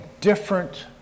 different